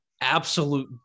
Absolute